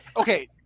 Okay